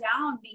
down